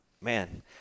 Man